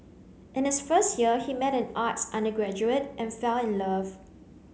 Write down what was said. in his first year he met an arts undergraduate and fell in love